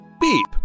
Beep